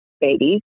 babies